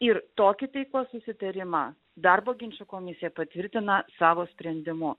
ir tokį taikos susitarimą darbo ginčų komisija patvirtina savo sprendimu